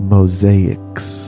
Mosaics